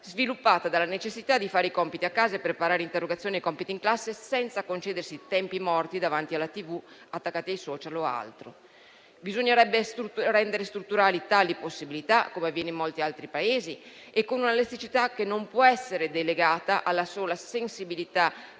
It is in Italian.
sviluppata dalla necessità di fare i compiti a casa e preparare interrogazioni e compiti in classe senza concedersi tempi morti davanti alla TV, attaccati ai *social* o altro. Bisognerebbe rendere strutturali tali possibilità, come avviene in molti altri Paesi, e con una elasticità che non può essere delegata alla sola sensibilità